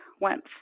went